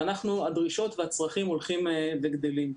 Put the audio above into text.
והדרישות והצרכים הולכים וגדלים.